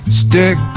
stick